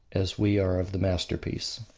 as we are of the masterpiece.